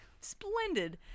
Splendid